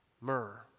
myrrh